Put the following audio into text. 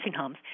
homes